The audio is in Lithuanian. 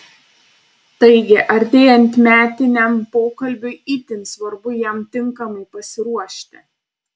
taigi artėjant metiniam pokalbiui itin svarbu jam tinkamai pasiruošti